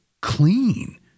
clean